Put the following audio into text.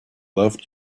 loved